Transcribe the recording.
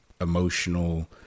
emotional